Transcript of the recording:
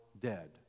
dead